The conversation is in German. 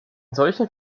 solchen